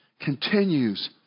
continues